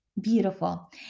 beautiful